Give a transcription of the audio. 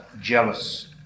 jealous